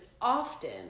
often